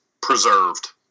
preserved